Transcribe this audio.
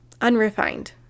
unrefined